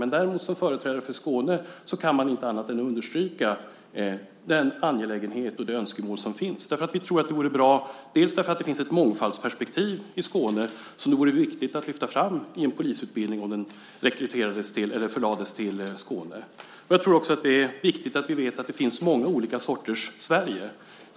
Däremot kan man som företrädare för Skåne inte annat än understryka den angelägenhet och det önskemål som finns. Vi tror att det vore bra, bland annat därför att det finns ett mångfaldsperspektiv i Skåne som det vore viktigt att lyfta fram i en polisutbildning om den förlades till Skåne. Jag tror också att det är viktigt att vi vet att det finns många olika sorters Sverige.